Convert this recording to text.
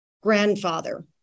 grandfather